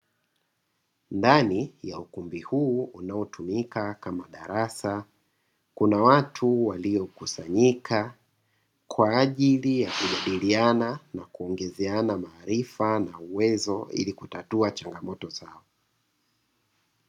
Ndani ya ukumbi huu, unao tumika kama darasa, kuna watu walio kusanyika kwa ajili ya kujadiliana, na kuongezeana maarifa na uwezo, ili kutatua changamoto zao.